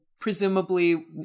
presumably